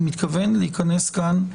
אני מתכוון להיכנס כאן,